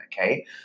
okay